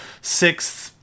sixth